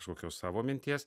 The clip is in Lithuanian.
tokios savo minties